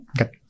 Okay